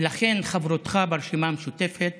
ולכן, חברותך ברשימה המשותפת